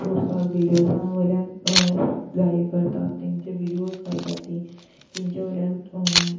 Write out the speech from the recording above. source आनी video वयल्यान जाहीर करता तेंचें विडिओस घालतात तीं तेंचे वयल्यान